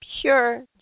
pure